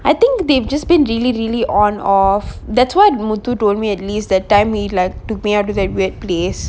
I think they've just been really really on off that's why muthu told me at least that time he like took me out to that weird place